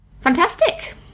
fantastic